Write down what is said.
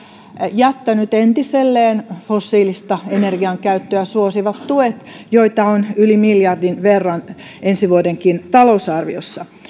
jättänyt entiselleen fossiilista energiankäyttöä suosivat tuet joita on yli miljardin verran ensi vuodenkin talousarviossa